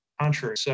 contrary